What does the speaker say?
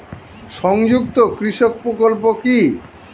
সংযুক্ত কৃষক প্রকল্প কি?